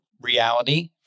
reality